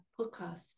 podcast